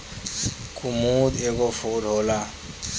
कुमुद एगो फूल होला